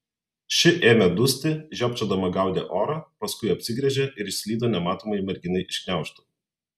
ši ėmė dusti žiopčiodama gaudė orą paskui apsigręžė ir išslydo nematomai merginai iš gniaužtų